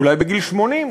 אולי בגיל 80,